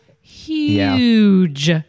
huge